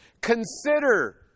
Consider